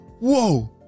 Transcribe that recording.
whoa